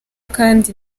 kandi